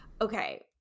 Okay